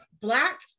black